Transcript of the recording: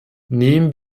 nehmen